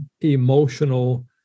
emotional